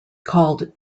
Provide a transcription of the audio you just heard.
called